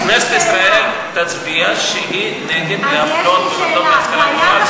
כנסת ישראל תצביע שהיא נגד להפלות במוסדות להשכלה גבוהה,